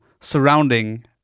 surrounding